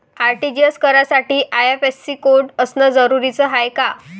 RTGS करासाठी IFSC code असनं जरुरीच हाय का?